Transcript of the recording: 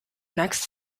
next